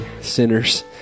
sinners